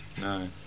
no